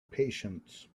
patience